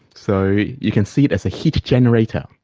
so you can see it as a heat generator.